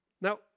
Now